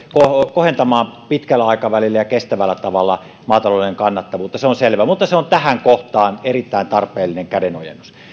kohentamaan pitkällä aikavälillä ja kestävällä tavalla maatalouden kannattavuutta se on selvä mutta se on tähän kohtaan erittäin tarpeellinen kädenojennus